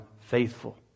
faithful